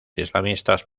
islamistas